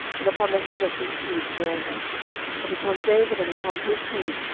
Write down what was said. and upon the head of his seed for ever but upon david, and upon his seed,